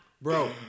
Bro